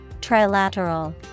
Trilateral